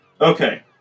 okay